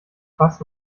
fass